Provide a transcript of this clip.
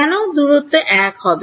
কেন দূরত্ব 1 হবে